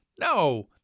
No